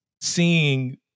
seeing